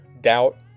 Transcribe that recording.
doubt